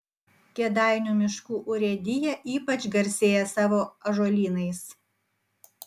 kėdainių miškų urėdija ypač garsėja savo ąžuolynais